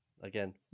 Again